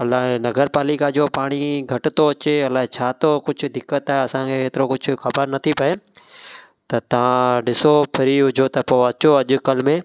अलाए नगर पालिका जो पाणी घटि थो अचे अलाए छा तो कुझु दिक़त आहे असांखे एतिरो कुझु ख़बर नथी पए त तव्हां ॾिसो फ्री हुजो त पोइ अचो अॼुकल्ह में